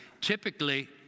Typically